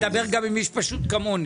דבר גם עם איש פשוט כמוני,